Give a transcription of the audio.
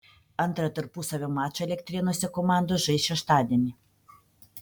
antrą tarpusavio mačą elektrėnuose komandos žais šeštadienį